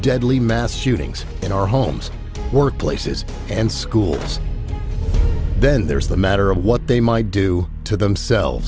deadly mass shootings in our homes workplaces and schools then there's the matter of what they might do to themselves